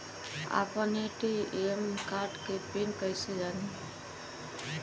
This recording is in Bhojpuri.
आपन ए.टी.एम कार्ड के पिन कईसे जानी?